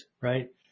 right